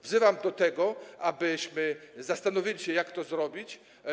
Wzywam do tego, abyśmy zastanowili się, jak to zrobić.